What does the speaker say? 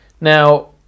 Now